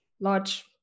large